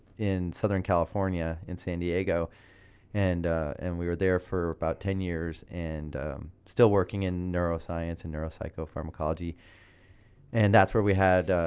in southern california in san diego and and we were there for about ten years and still working in neuroscience and neuropsychopharmacology and that's where we had